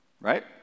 Right